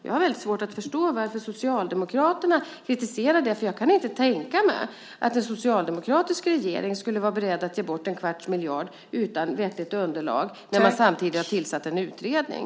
Jag har väldigt svårt att förstå varför Socialdemokraterna kritiserar det, för jag kan inte tänka mig att en socialdemokratisk regering skulle vara beredd att ge bort en kvarts miljard utan vettigt underlag när man samtidigt har tillsatt en utredning.